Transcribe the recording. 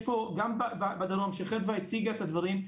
יש פה גם בדרום שחדווה הציגה את הדברים,